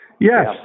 Yes